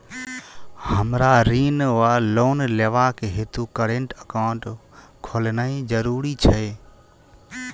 हमरा ऋण वा लोन लेबाक हेतु करेन्ट एकाउंट खोलेनैय जरूरी छै?